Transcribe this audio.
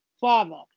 Father